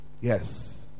Yes